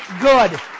good